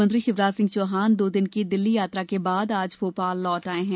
मुख्यमंत्री शिवराज सिंह चौहान दो दिन की दिल्ली यात्रा के बाद आज भोपाल लौट आये हैं